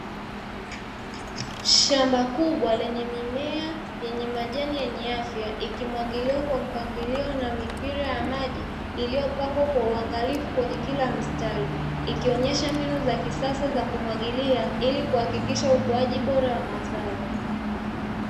Shamba kubwa lenye mimea yenye majani yenye afya, ikimwagiliwa kwa mpangilio na mipira ya maji iliyopangwa kwa uangalifu kwenye kila mstari, ikionyesha mbinu za kisasa za kumwagilia, ili uhakikisha ukuaji bora wa mazao.